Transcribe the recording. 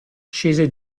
scese